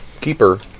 keeper